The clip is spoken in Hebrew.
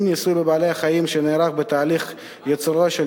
אם הניסוי בבעלי-חיים שנערך בתהליך ייצורו של